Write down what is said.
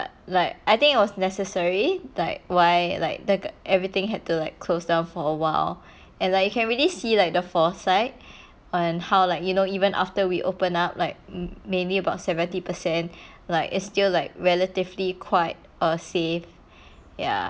like I think it was necessary like why like the everything had to like closed down for awhile and like you can really see like the foresight on how like you know even after we open up like mainly about seventy percent like it's still like relatively quite err safe ya